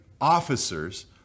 officers